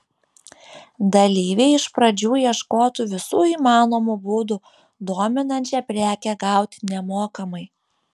dalyviai iš pradžių ieškotų visų įmanomų būdų dominančią prekę gauti nemokamai